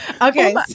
Okay